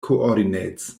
coordinates